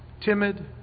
timid